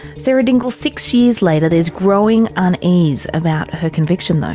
sarah dingle six years later there's growing unease about her conviction?